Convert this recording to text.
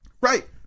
Right